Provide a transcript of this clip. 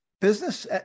business